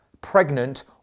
pregnant